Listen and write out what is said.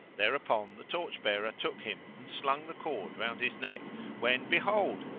thereupon the torch bearer took him and slung the cord round his neck when behold,